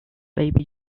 baby